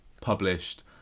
published